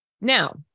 Now